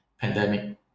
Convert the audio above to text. pandemic